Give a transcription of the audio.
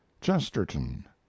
Chesterton